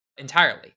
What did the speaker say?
entirely